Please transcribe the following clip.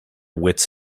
wits